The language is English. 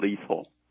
lethal